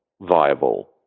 viable